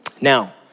Now